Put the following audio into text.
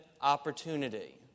opportunity